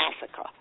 Massacre